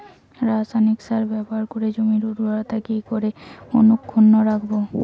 রাসায়নিক সার ব্যবহার করে জমির উর্বরতা কি করে অক্ষুণ্ন রাখবো